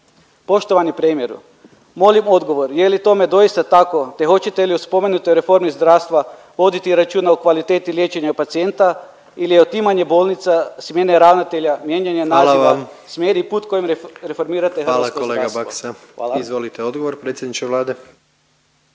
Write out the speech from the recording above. Poštovani premijeru molim odgovor je li tome doista tako, te hoćete li o spomenutoj reformi zdravstva voditi računa o kvaliteti liječenja pacijenta ili je otimanje bolnica, smjene ravnatelja, mijenjanje naziva, smjer i put kojim reformirate hrvatsko zdravstvo. Hvala. **Jandroković, Gordan (HDZ)** Hvala vam.